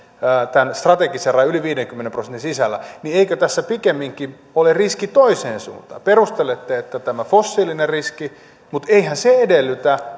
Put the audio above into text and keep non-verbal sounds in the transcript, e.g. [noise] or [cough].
tämän valtionomistuksen strategisen yli yli viidenkymmenen prosentin rajan sisällä eikö tässä pikemminkin ole riski toiseen suuntaan perustelette että on tämä fossiilinen riski mutta eihän se edellytä [unintelligible]